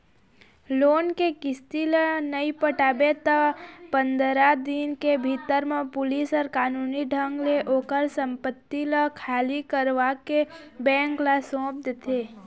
loan के किस्ती ल नइ पटाबे त पंदरा दिन के भीतर म पुलिस ह कानूनी ढंग ले ओखर संपत्ति ल खाली करवाके बेंक ल सौंप देथे